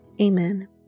Amen